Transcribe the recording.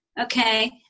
okay